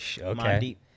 okay